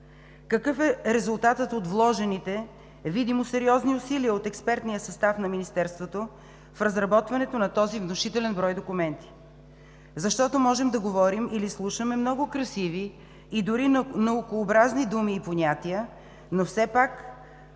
Какъв е резултатът от вложените, видимо сериозни, усилия от експертния състав на Министерството в разработването на този внушителен брой документи? Защото можем да говорим или слушаме много красиви и дори наукообразни думи и понятия, но все пак